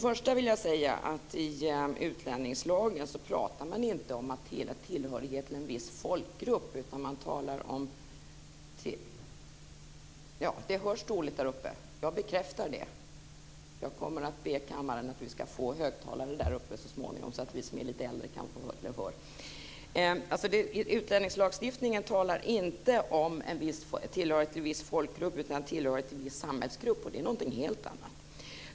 Först vill jag säga att man i utlänningslagen inte talar om tillhörighet till en viss folkgrupp, utan tillhörighet till en viss samhällsgrupp. Det är någonting helt annat.